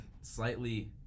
slightly